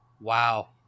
Wow